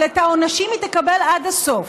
אבל את העונשים היא תקבל עד הסוף.